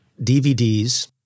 DVDs